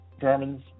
Germans